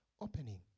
opening